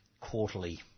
quarterly